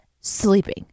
Sleeping